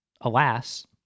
Alas